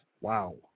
Wow